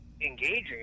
engaging